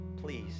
Please